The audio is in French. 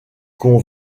qu’on